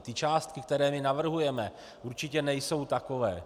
Ty částky, které my navrhujeme, určitě nejsou takové.